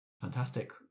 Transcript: fantastic